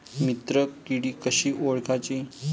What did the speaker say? मित्र किडी कशी ओळखाची?